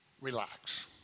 Relax